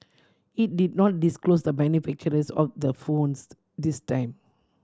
it did not disclose the manufacturers of the phones this time